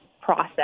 process